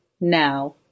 now